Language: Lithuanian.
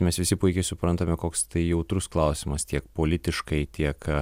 mes visi puikiai suprantame koks tai jautrus klausimas tiek politiškai tiek